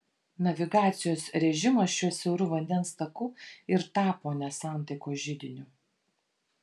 navigacijos režimas šiuo siauru vandens taku ir tapo nesantaikos židiniu